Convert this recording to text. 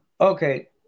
Okay